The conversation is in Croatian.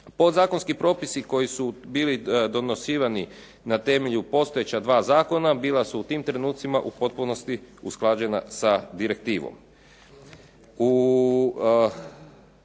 Podzakonski propisi koji su bili donosivani na temelju postojeća dva zakona bila su u tim trenucima u potpunosti usklađena sa direktivom.